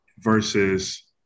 versus